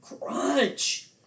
crunch